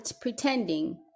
pretending